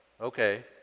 okay